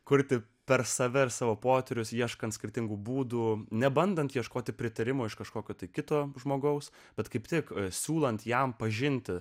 kurti per save ir savo potyrius ieškant skirtingų būdų nebandant ieškoti pritarimo iš kažkokio kito žmogaus bet kaip tik siūlant jam pažinti